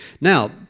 Now